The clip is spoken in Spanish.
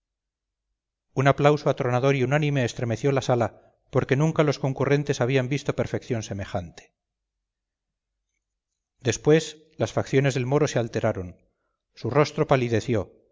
un aplauso atronador y unánime estremeció la sala porque nunca los concurrentes habían visto perfección semejante después las facciones del moro se alteraron su rostro